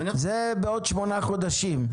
זה בעוד שמונה חודשים.